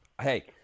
Hey